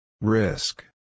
Risk